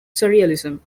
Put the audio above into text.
surrealism